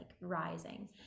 rising